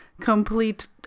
complete